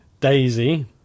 Daisy